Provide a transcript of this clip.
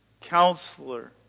Counselor